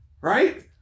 right